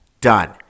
done